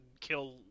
kill